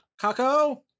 Kako